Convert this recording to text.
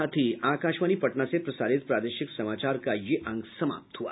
इसके साथ ही आकाशवाणी पटना से प्रसारित प्रादेशिक समाचार का ये अंक समाप्त हुआ